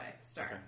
start